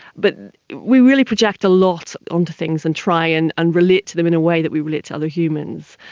but we really project a lot onto things and try and and relate to them in a way that we relate to other humans.